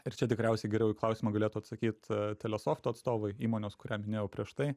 ir čia tikriausiai geriau į klausimą galėtų atsakyti telesofto atstovai įmonės kurią minėjau prieš tai